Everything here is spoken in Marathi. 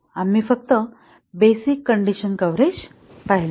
आम्ही फक्त बेसिक कंडिशन कव्हरेज पाहिले